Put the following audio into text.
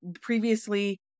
previously